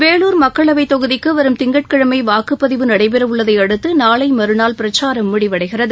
வேலூர் மக்களவைத் தொகுதிக்கு வரும் திங்கட்கிழமை வாக்குப்பதிவு நடைபெறவுள்ளதை அடுத்து நாளை மறுநாள் பிரச்சாரம் முடிவடைகிறது